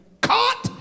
caught